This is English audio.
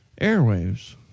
airwaves